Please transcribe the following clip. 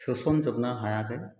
सोसनजोबनो हायाखै